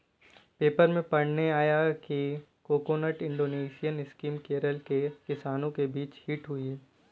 paper में पढ़ने आया कि कोकोनट इंश्योरेंस स्कीम केरल में किसानों के बीच हिट हुई है